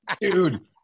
dude